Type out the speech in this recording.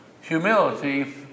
Humility